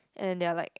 and then there are like